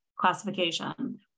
classification